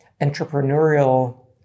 entrepreneurial